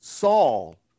Saul